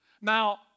Now